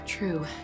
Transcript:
True